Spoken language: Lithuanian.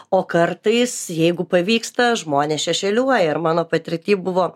o kartais jeigu pavyksta žmonės šešėliuoja ir mano patirty buvo